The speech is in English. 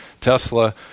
Tesla